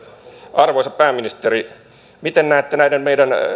arvoisa pääministeri miten näette näiden meidän